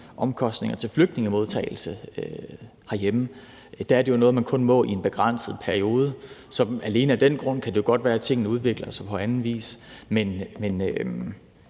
omkostninger til flygtningemodtagelse herhjemme, at det jo er noget, der kun er for en begrænset periode, så alene af den grund kan det godt være, at tingene udvikler sig på anden vis.